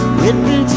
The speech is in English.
Written